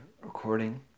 recording